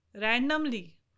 randomly